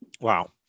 Wow